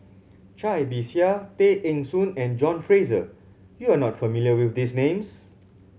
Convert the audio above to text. Cai Bixia Tay Eng Soon and John Fraser you are not familiar with these names